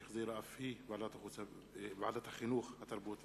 שהחזירה ועדת החינוך, התרבות והספורט,